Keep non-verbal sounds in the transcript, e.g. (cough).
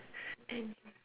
(laughs) and